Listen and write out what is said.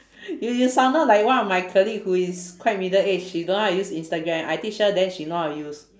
you you sounded like one of my colleague who is quite middle aged she don't know how to use instagram I teach her then she know how to use